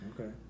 Okay